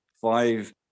five